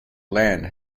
land